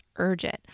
urgent